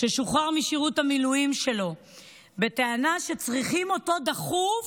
ששוחרר משירות המילואים שלו בטענה שצריכים אותו דחוף.